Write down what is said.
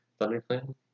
ThunderClan